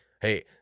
hey